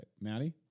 Maddie